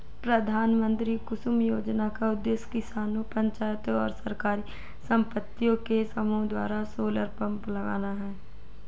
प्रधानमंत्री कुसुम योजना का उद्देश्य किसानों पंचायतों और सरकारी समितियों के समूह द्वारा सोलर पंप लगाना है